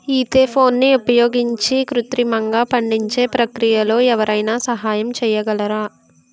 ఈథెఫోన్ని ఉపయోగించి కృత్రిమంగా పండించే ప్రక్రియలో ఎవరైనా సహాయం చేయగలరా?